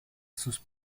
sus